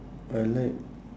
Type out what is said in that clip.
I like